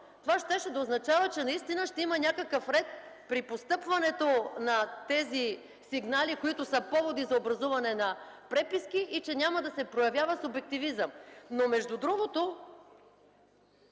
това щеше да означава, че наистина ще има някакъв ред при постъпването на тези сигнали, които са поводи за образуване на преписки и че няма да се проявява субективизъм. (Председателят